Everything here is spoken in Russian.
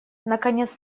наконец